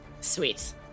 sweet